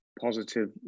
positive